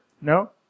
No